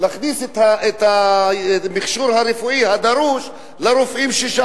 להכניס את המכשור הרפואי הדרוש לרופאים שם?